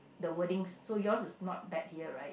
the wordings so your is not bet here right